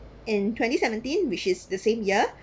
in twenty seventeen which is the same year